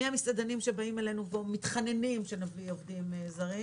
מהמסעדנים שבאים אלינו ומתחננים שנביא עובדים זרים